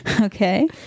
okay